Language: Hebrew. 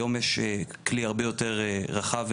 היום יש כלי הרבה יותר רחב ונכון,